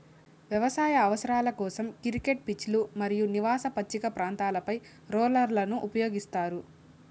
వ్యవసాయ అవసరాల కోసం, క్రికెట్ పిచ్లు మరియు నివాస పచ్చిక ప్రాంతాలపై రోలర్లను ఉపయోగిస్తారు